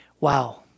wow